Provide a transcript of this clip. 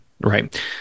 right